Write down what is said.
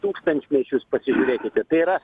tūkstančmečius pasižiūrėkite tai yra